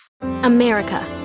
America